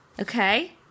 Okay